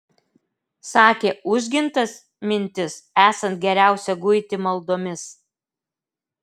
sakė užgintas mintis esant geriausia guiti maldomis